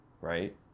right